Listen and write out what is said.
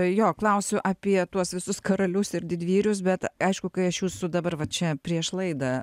jo klausiu apie tuos visus karalius ir didvyrius bet aišku kai aš jūsų dabar va čia prieš laidą